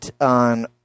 on